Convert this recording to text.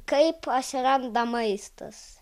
kaip atsiranda maistas